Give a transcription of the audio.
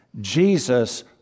Jesus